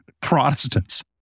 protestants